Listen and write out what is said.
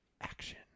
Action